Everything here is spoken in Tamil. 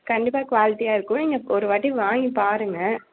கண்டிப்பாக குவாலிட்டியாக இருக்கும் நீங்கள் ஒரு வாட்டி வாங்கி பாருங்க